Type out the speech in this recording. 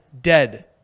Dead